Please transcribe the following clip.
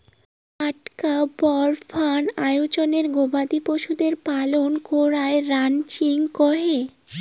আকটা বড় ফার্ম আয়োজনে গবাদি পশুদের পালন করাঙ রানচিং কহে